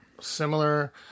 Similar